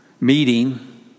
meeting